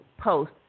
post